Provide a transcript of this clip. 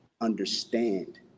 understand